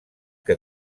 que